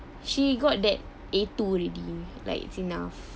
she got that A two already like it's enough